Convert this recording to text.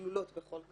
שכלולות בכל קטגוריה.